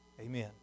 Amen